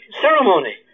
ceremony